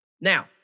Now